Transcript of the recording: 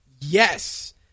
Yes